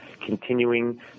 continuing